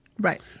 Right